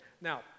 Now